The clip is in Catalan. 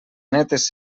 netes